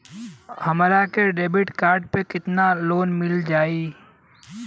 हम जवन लोन लेले बानी वोकरा से कितना पैसा ज्यादा भरे के पड़ेला?